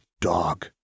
dog